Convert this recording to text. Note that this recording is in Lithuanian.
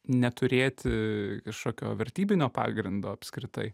neturėti kažkokio vertybinio pagrindo apskritai